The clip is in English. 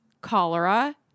cholera